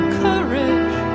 courage